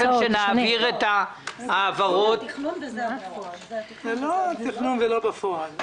זה לא תכנון ולא בפועל.